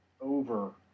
over